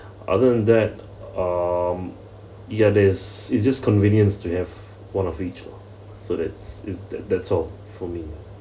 other than that um ya there's it's just convenience to have one of each lah so that's is that that's all for me